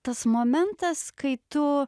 tas momentas kai tu